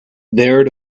there